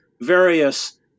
various